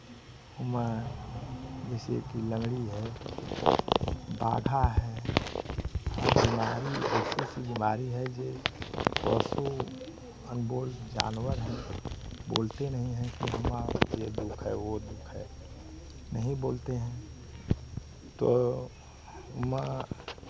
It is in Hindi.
वो में जैसे कि लंगरी है बाघा है हर बीमारी ऐसी ऐसी बीमारी है जे पशु अनबोल जानवर हैं बोलते नहीं हैं कि हमें ये दुःख है वो दुःख है नहीं बोलते हैं तो हम